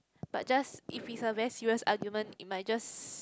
but just if is a very serious argument it might just